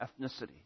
ethnicity